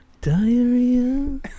Diarrhea